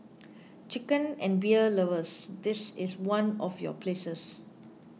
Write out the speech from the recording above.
chicken and beer lovers this is one of your places